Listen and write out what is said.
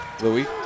Louis